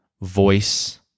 voice